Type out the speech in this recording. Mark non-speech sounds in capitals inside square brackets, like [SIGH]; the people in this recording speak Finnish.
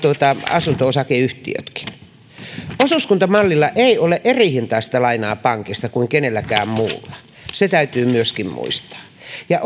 asunto osakeyhtiötkin osuuskuntamallille ei ole saatavilla pankista erihintaista lainaa kuin kenellekään muulle se täytyy myöskin muistaa ja [UNINTELLIGIBLE]